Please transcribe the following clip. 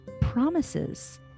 promises